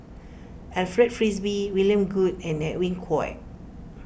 Alfred Frisby William Goode and Edwin Koek